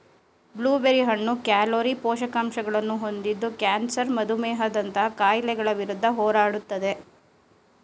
blue berry ಹಣ್ಣು calorie, ಪೋಷಕಾಂಶಗಳನ್ನು ಹೊಂದಿದ್ದು ಕ್ಯಾನ್ಸರ್ ಮಧುಮೇಹದಂತಹ ಕಾಯಿಲೆಗಳ ವಿರುದ್ಧ ಹೋರಾಡುತ್ತದೆ